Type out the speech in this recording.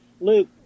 Luke